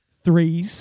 three